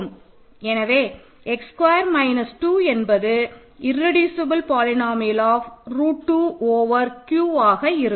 எனவே x square minus 2 என்பது irreducible polynomial of root 2 over Q ஆக இருக்கும்